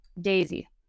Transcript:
Daisy